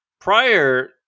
prior